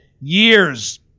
years